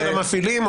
חקירה של המפעילים?